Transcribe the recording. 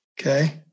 Okay